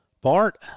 Bart